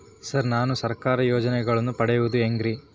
Sir ನಾನು ಸರ್ಕಾರ ಯೋಜೆನೆಗಳನ್ನು ಪಡೆಯುವುದು ಹೆಂಗ್ರಿ?